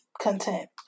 content